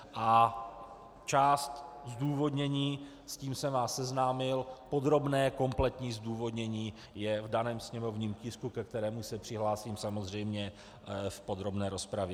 A část zdůvodnění, s tím se vás seznámil, podrobné, kompletní zdůvodnění je v daném sněmovním tisku, ke kterému se přihlásím samozřejmě v podrobné rozpravě.